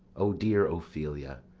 o dear ophelia,